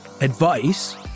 advice